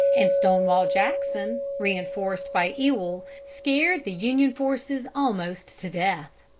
and stonewall jackson, reinforced by ewell, scared the union forces almost to death.